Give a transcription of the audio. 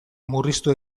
murriztu